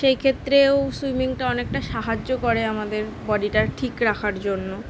সেই ক্ষেত্রেও সুইমিংটা অনেকটা সাহায্য করে আমাদের বডিটা ঠিক রাখার জন্য